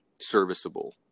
serviceable